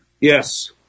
Yes